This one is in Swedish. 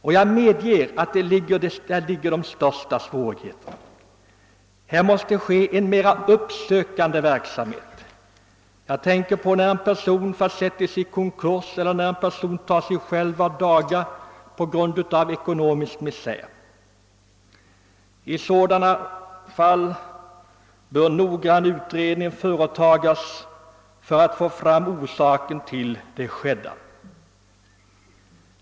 Här måste en mer uppsökande verksamhet bedrivas. I sådana fall t.ex., då en person försättes i konkurs eller tar sig själv av daga på grund av ekonomisk misär, bör en noggrann utredning göras för att klarlägga orsaken till det skedda.